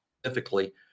specifically